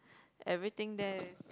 everything there